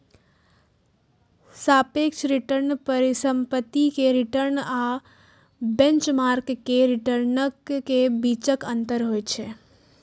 सापेक्ष रिटर्न परिसंपत्ति के रिटर्न आ बेंचमार्क के रिटर्नक बीचक अंतर होइ छै